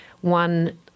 one